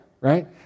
right